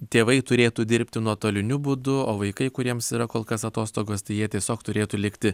tėvai turėtų dirbti nuotoliniu būdu o vaikai kuriems yra kol kas atostogos tai jie tiesiog turėtų likti